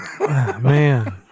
man